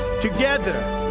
Together